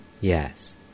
Yes